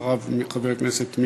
חבר הכנסת יואל חסון,